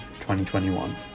2021